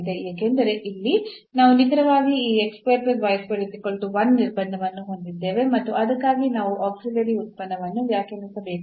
ಏಕೆಂದರೆ ಇಲ್ಲಿ ನಾವು ನಿಖರವಾಗಿ ಈ ನಿರ್ಬಂಧವನ್ನು ಹೊಂದಿದ್ದೇವೆ ಮತ್ತು ಅದಕ್ಕಾಗಿ ನಾವು ಆಕ್ಸಿಲಿಯೇರಿ ಉತ್ಪನ್ನವನ್ನು ವ್ಯಾಖ್ಯಾನಿಸಬೇಕಾಗಿದೆ